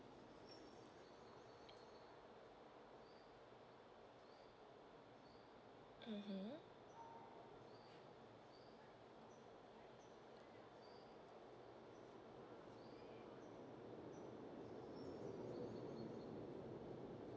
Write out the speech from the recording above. mmhmm